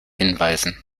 hinweisen